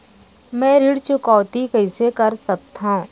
मैं ऋण चुकौती कइसे कर सकथव?